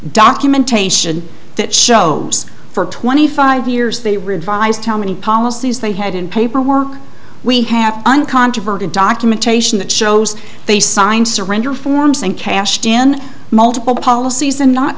documentation that shows for twenty five years they revised how many policies they had in paperwork we have uncontroverted documentation that shows they signed surrender forms and cashed in multiple policies and not